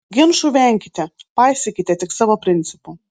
ginčų venkite paisykite tik savo principų